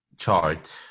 chart